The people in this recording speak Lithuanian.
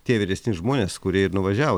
tie vyresni žmonės kurie ir nuvažiavo